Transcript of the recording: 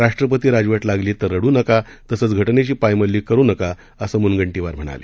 राष्ट्रपती राजवट लागली तर रड्र नका तसंच घटनेची पायमल्ली करु नका असं मुनगंटीवार म्हणाले